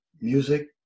music